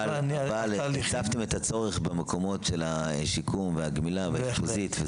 אבל הצפתם את הצורך במקומות של השיקום והגמילה ואשפוזית.